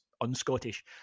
un-Scottish